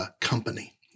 company